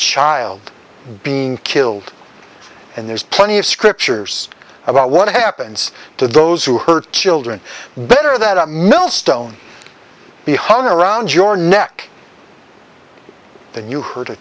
child being killed and there's plenty of scriptures about what happens to those who hurt children better that a millstone be hung around your neck than you h